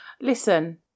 Listen